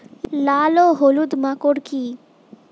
লাল ও হলুদ মাকর কী?